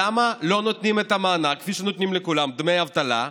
למה לא נותנים את המענק כפי שנותנים לכולם דמי אבטלה,